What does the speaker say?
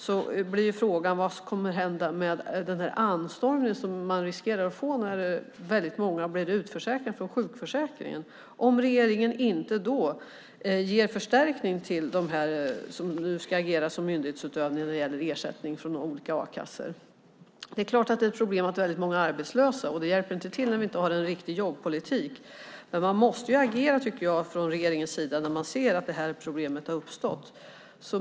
Då blir frågan vad som kommer att hända med den anstormning som man riskerar att få när väldigt många blir utförsäkrade från sjukförsäkringen om regeringen då inte ger förstärkning till dem som ska stå för myndighetsutövning när det gäller ersättning från olika a-kassor. Det är klart att det är ett problem att väldigt många är arbetslösa. Det hjälper inte till att vi inte har en riktig jobbpolitik. Man måste agera, tycker jag, från regeringens sida när man ser att det här problemet har uppstått.